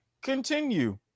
Continue